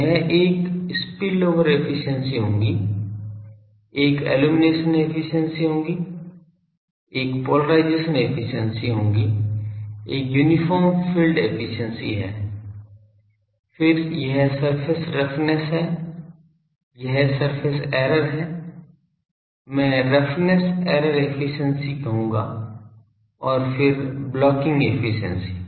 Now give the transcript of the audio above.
तो यह एक स्पिलओवर एफिशिएंसी होगी एक इल्लुमिनेशन एफिशिएंसी है एक पोलेराइज़ेशन एफिशिएंसी है एक यूनिफार्म फील्ड एफिशिएंसी है फिर यह सरफेस रफनेस है यह सरफेस एरर है मैं रफनेस एरर एफिशिएंसी कहूंगा और फिर ब्लॉकिंग एफिशिएंसी